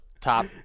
top